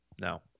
No